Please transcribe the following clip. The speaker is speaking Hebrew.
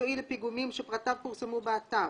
מקצועי לפיגומים שפרטיו פורסמו באתר,